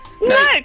No